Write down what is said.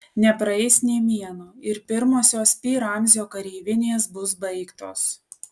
nepraeis nė mėnuo ir pirmosios pi ramzio kareivinės bus baigtos